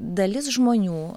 dalis žmonių